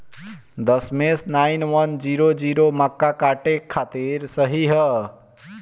दशमेश nine one zero zero मक्का काटे खातिर सही ह?